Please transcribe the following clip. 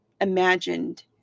imagined